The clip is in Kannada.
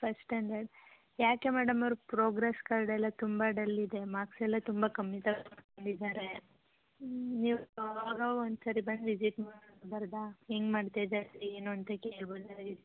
ಫಸ್ಟ್ ಸ್ಟ್ಯಾಂಡರ್ಡ್ ಯಾಕೆ ಮೇಡಮ್ ಅವ್ರ ಪ್ರೋಗ್ರೆಸ್ ಕಾರ್ಡ್ ಎಲ್ಲ ತುಂಬ ಡಲ್ ಇದೆ ಮಾರ್ಕ್ಸ್ ಎಲ್ಲ ತುಂಬ ಕಮ್ಮಿ ತೊಗೊಂಡಿದಾರೆ ನೀವು ಆವಾಗ ಆವಾಗ ಒಂದು ಸಾರಿ ಬಂದು ವಿಸಿಟ್ ಮಾಡಬಾರ್ದಾ ಹೆಂಗ್ ಮಾಡ್ತಾಯಿದಾನೆ ಏನು ಅಂತ ಕೇಳ್ಬೌದ